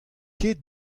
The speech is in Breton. ket